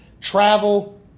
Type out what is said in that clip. travel